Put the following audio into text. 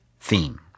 theme